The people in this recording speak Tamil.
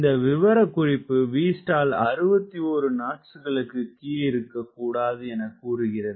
இந்த விவரக்குறிப்பு Vstall 61 knotsகளுக்கு கீழிருக்கக்கூடாது எனக் கூறுகிறது